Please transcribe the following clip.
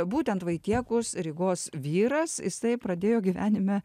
būtent vaitiekus rygos vyras jisai pradėjo gyvenime